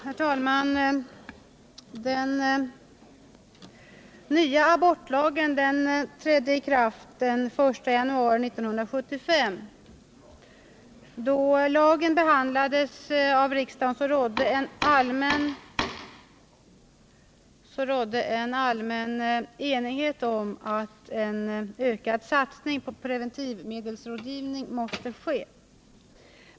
Herr talman! Den nya abortlagen trädde i kraft den 1 januari 1975. Då lagen behandlades av riksdagen rådde allmän enighet om att en ökad satsning på preventivmedelsrådgivning måste ske.